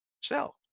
sell